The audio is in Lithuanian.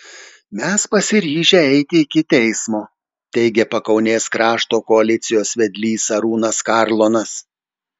mes pasiryžę eiti iki teismo teigė pakaunės krašto koalicijos vedlys arūnas karlonas